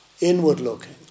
inward-looking